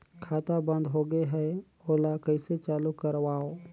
खाता बन्द होगे है ओला कइसे चालू करवाओ?